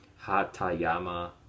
Hatayama